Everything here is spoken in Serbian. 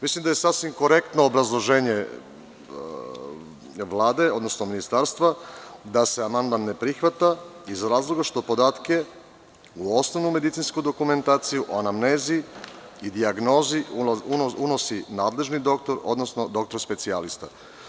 Mislim da je sasvim korektno obrazloženje Vlade, odnosno ministarstva da se amandman ne prihvata iz razloga što podatke u osnovnoj medicinskoj dokumentaciji o anamnezi i dijagnozu unosi nadležni doktor, odnosno doktor specijalista.